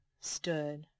stood